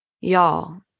Y'all